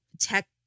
tech